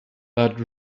but